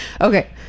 Okay